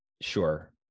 sure